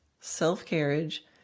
self-carriage